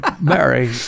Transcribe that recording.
Mary